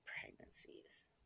pregnancies